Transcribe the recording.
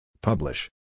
Publish